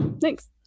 Thanks